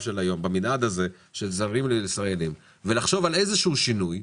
של היום במנעד הזה של זרים וישראלים ולחשוב על